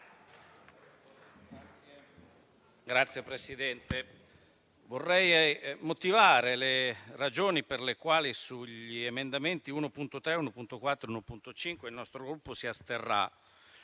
Signora Presidente, vorrei motivare le ragioni per le quali sugli emendamenti 1.3, 1.4 e 1.5 il nostro Gruppo si asterrà.